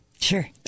Sure